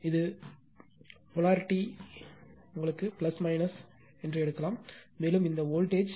இந்த உடனடி போலாரிட்டி யை விரும்பினால் எடுக்கலாம் மேலும் இந்த வோல்ட்டேஜ் 0